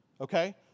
okay